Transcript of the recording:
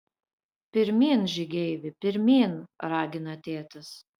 pirmyn žygeivi pirmyn ragina tėtis